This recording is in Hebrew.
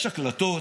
יש הקלטות,